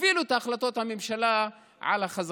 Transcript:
את החלטות הממשלה אפילו על החזקים.